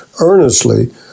earnestly